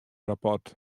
rapport